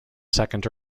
second